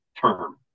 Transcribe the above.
term